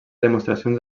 demostracions